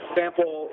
sample